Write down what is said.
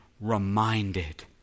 reminded